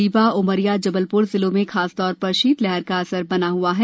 रीवा उमरिया जबलप्र जिलों में खासतौर पर शीतलहर का असर बना हआ है